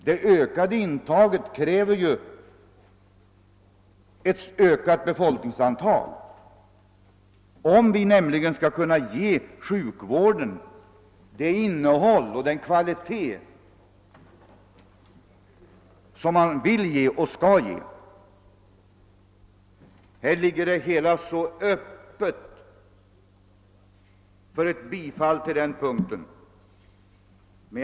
Det ökade intaget kräver ju ett ökat befolkningsunderlag, om vi skall kunna ge sjukvården det innehåll och den kvalitet som vi vill ge och skall ge. Allting ligger så öppet till för ett bifall till vårt förslag på denna punkt.